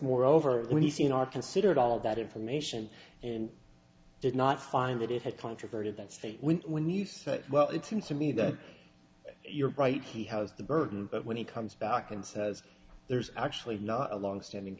considered all of that information and did not find that it had controverted that state when when you said well it seems to me that you're bright he has the burden but when he comes back and says there's actually not a longstanding